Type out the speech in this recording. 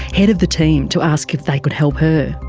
head of the team, to ask if they could help her.